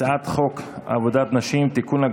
הצעת חוק עבודת נשים (תיקון,